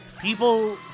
People